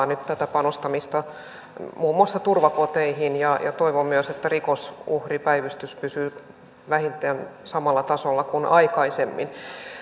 nyt tätä panostamista muun muassa turvakoteihin ja ja toivon myös että rikosuhripäivystys pysyy vähintään samalla tasolla kuin aikaisemmin